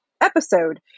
episode